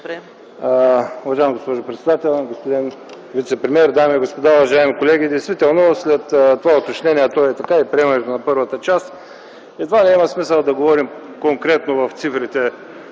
уважаеми господин вицепремиер, дами и господа, уважаеми колеги! Действително след това уточнение и приемането на първата част едва ли има смисъл да говорим конкретно в цифрите